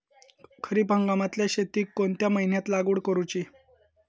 खरीप हंगामातल्या शेतीक कोणत्या महिन्यात लागवड करूची?